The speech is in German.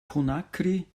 conakry